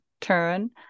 turn